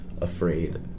afraid